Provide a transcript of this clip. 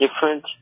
different